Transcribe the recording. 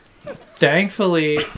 Thankfully